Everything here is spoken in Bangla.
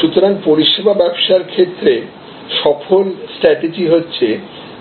সুতরাং পরিষেবা ব্যবসায়ের ক্ষেত্রে সফল স্ট্র্যাটিজি হচ্ছে